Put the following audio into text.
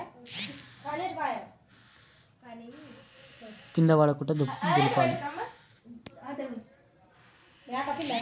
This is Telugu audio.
సీడ్స్ పొలంలో పువ్వు ఎట్లా దులపాలి?